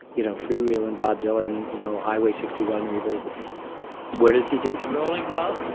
you know, freewheelin' bob dylan, you know, highway sixty one revisited where does he do? is it rolling, bob?